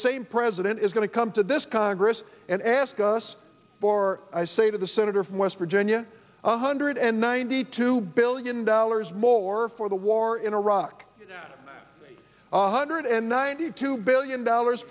same president is going to come to this congress and ask us for i say to the senator from west virginia a hundred and ninety two billion dollars more for the war in iraq a hundred and ninety two billion dollars